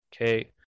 Okay